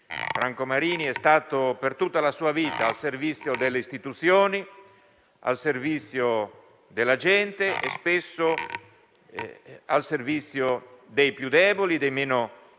Franco Marini è stato per tutta la sua vita al servizio delle istituzioni, al servizio della gente e spesso al servizio dei più deboli, dei meno